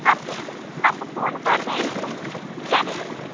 आप आपको फोन कर देंगे जाने के लिए